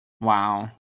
Wow